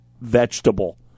vegetable